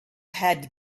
had